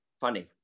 Funny